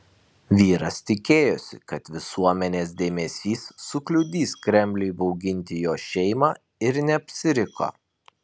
vyras tikėjosi kad visuomenės dėmesys sukliudys kremliui bauginti jo šeimą ir neapsiriko